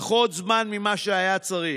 פחות זמן ממה שהיה צריך,